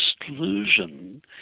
exclusion